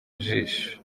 jisho